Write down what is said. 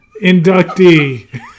inductee